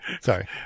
Sorry